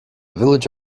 village